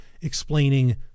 explaining